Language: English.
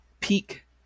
peak